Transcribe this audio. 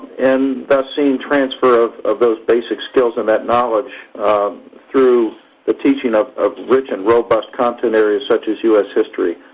and thus seen transfer of of those basic skills and that knowledge through the teaching of of rich and robust content areas such as u s. history.